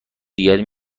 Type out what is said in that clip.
دیگری